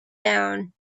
down